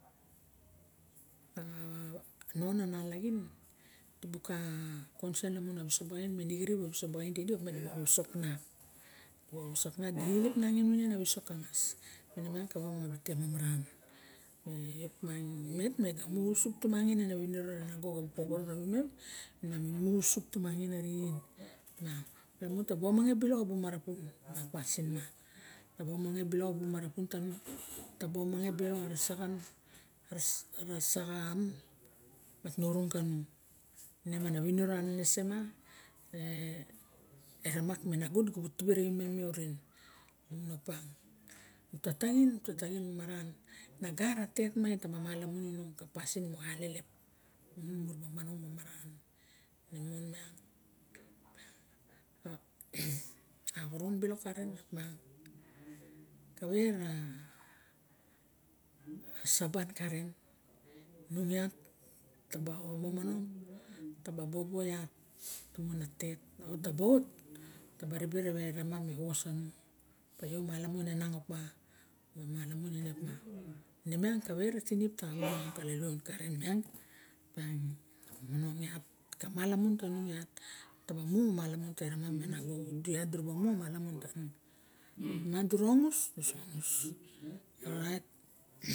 A non a nalaxin dibu ka konsen lamun a wisok baraxaim dixirip a wisok ka ngas miang kawa ma sok anangin wisok ka ngas miang kawa ma lok ka maran me opiang niet me ga ausup tumangin ana winiso e nago na bu noworo rawimem ma mmi mu ausup tumangin u winiro ren lamun taba omang bilok a wisok tomare tung ma pasin ma taba omang bilok a bu marapun tanung ma norong kanung ne mana winero anese ma e ramak me nago dibuk tibe rovimem oriri lamun opa nu ta taxin maran no gara tet mai taba malamun inung ka pasin moxa alelep lamun mura ba manong mamaran ne men aninag xon bilok karen kave ra saon karen nung iat taba bobo iat kamana tet taba ribe re ramam me wos sanung opa io mala mun e nang opama nemiang kave ra tinip ta xa ba manong kala luon karen miang opaing ta mang iak ka malamun tanung iat tab a mu malamun tanima me nago du iat dura bu mu iat malamun tanung miang durs ongus nusu ongus